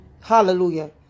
Hallelujah